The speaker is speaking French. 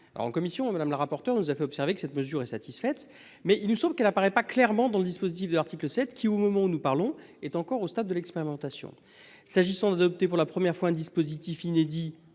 en commission, madame la rapporteure nous a fait observer que cette mesure est satisfaite mais il nous semble qu'elle apparaît pas clairement dans le dispositif de l'article 7 qui, au moment où nous parlons, est encore au stade de l'expérimentation. S'agissant d'opter pour la première fois, un dispositif inédit.